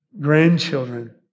grandchildren